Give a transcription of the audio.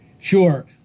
Sure